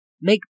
Make